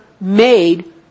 made